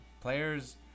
players